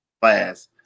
class